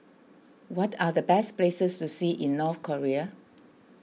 what are the best places to see in North Korea